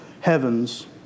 heavens